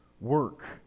work